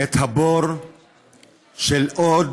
את הבור של עוד